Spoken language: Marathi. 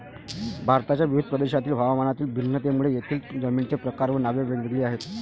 भारताच्या विविध प्रदेशांतील हवामानातील भिन्नतेमुळे तेथील जमिनींचे प्रकार व नावे वेगवेगळी आहेत